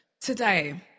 today